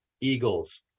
Eagles